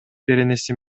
беренеси